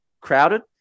crowded